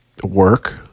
Work